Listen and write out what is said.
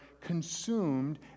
consumed